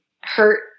hurt